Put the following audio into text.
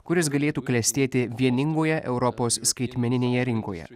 kuris galėtų klestėti vieningoje europos skaitmeninėje rinkoje